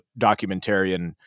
documentarian